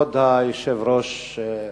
כבוד היושב-ראש,